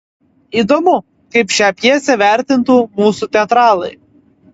įdomu kaip šią pjesę vertintų mūsų teatralai